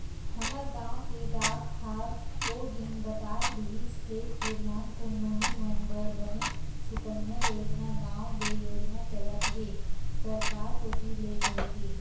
हमर गांव के डाकहार ओ दिन बतात रिहिस हे के नानकुन नोनी मन बर बने सुकन्या योजना नांव ले योजना चलत हे सरकार कोती ले कहिके